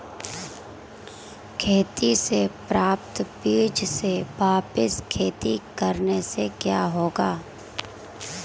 खेती से प्राप्त बीज से वापिस खेती करने से क्या होगा?